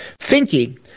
Finke